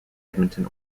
edmonton